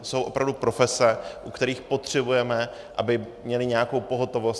Jsou opravdu profese, u kterých potřebujeme, aby měly nějakou pohotovost.